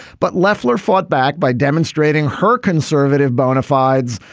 but lefler fought back by demonstrating her conservative bona fides,